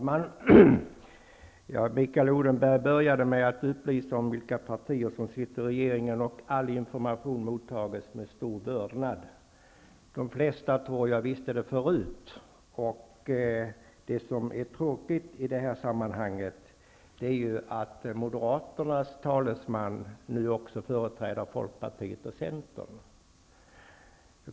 Herr talman! Mikael Odenberg började med att upplysa om vilka partier som sitter i regeringen. All information mottages med stor vördnad. Jag tror att de flesta visste det förut. Det tråkiga i det här sammanhanget är att Moderaternas talesman nu också företräder Folkpartiet och Centern.